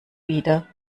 wieder